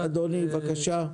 כן אדוני בבקשה.